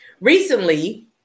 Recently